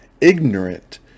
ignorant